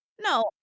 No